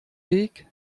weg